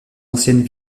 anciennes